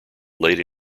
late